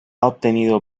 obtenido